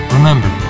Remember